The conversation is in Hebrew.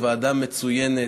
היא ועדה מצוינת.